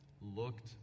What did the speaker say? looked